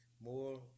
more